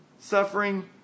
suffering